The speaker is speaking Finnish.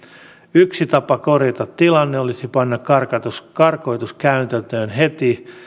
yksi tapa korjata tilanne olisi panna karkotus karkotus täytäntöön heti